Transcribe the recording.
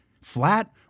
Flat